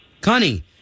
Connie